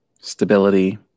stability